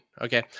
okay